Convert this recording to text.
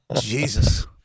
Jesus